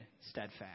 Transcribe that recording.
steadfast